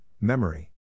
memory